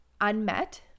unmet